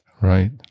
Right